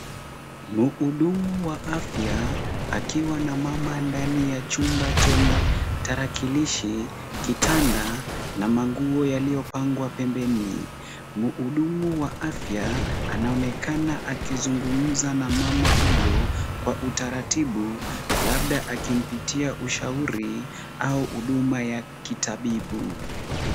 Mhudumu wa afya akiwa na mama ndani ya chumba chenye tarakilishi, kitanda na manguo yaliyopangwa pembeni. Mhudumu wa afya anaonekana akizungumza na mama huyo kwa utaratibu, labda akimpatia ushauri au huduma ya kitabibu.